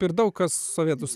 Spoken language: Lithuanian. ir daug kas sovietų są